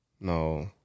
No